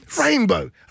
Rainbow